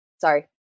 Sorry